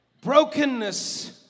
Brokenness